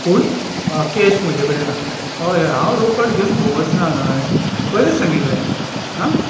पूण कॅश म्हजें कडेन ना हय हय हांव रोकड घेवन भोंवच ना न्हय पयलींच सांगिल्लें हां